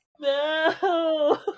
No